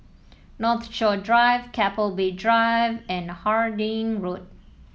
Northshore Drive Keppel Bay Drive and Harding Road